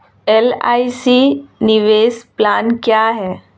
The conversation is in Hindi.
एल.आई.सी निवेश प्लान क्या है?